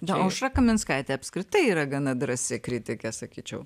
na aušra kaminskaitė apskritai yra gana drąsi kritikė sakyčiau